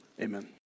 amen